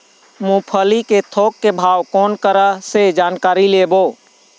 मूंगफली के थोक के भाव कोन करा से जानकारी लेबो?